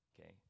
okay